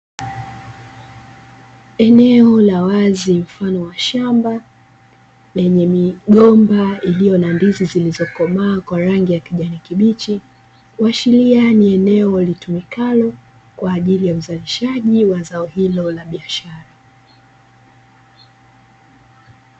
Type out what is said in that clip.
Eneo la wazi mfano wa shamba, lenye migomba iliyo na ndizi zilizokomaa kwa rangi ya kijani kibichi. Kuashiria ni eneo litumikalo kwa ajili ya uzalishaji wa zao hilo la biashara.